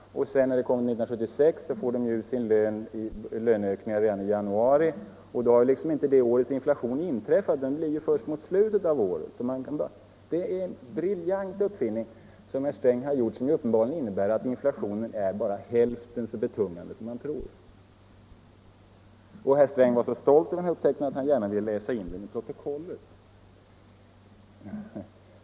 1976 får de ut sina löneökningar redan i januari och då har det årets inflation inte inträffat, den kommer först mot slutet av året. Det är en briljant upptäckt herr Sträng gjort, som uppenbarligen innebär att inflationen bara är hälften så betungande som man tror. Herr Sträng var så stolt över den här upptäckten att han gärna ville läsa in den i protokollet.